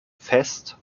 fest